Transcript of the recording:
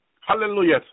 Hallelujah